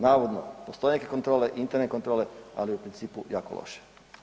Navodno postoje neke kontrole, interne kontrole, ali u principu jako loše.